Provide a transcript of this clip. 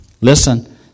listen